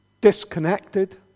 disconnected